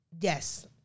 Yes